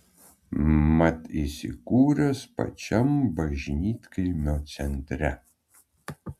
mat įsikūręs pačiam bažnytkaimio centre